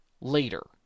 later